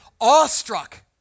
awestruck